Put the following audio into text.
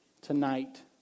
tonight